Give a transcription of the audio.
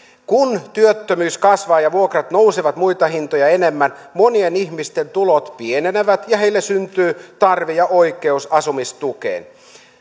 kun työttömyys kasvaa ja vuokrat nousevat muita hintoja enemmän monien ihmisten tulot pienenevät ja heille syntyy tarve ja oikeus asumistukeen